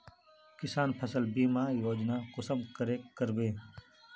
किसान फसल बीमा योजना कुंसम करे करबे?